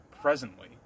presently